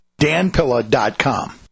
danpilla.com